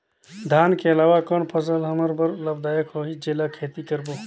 धान के अलावा कौन फसल हमर बर लाभदायक होही जेला खेती करबो?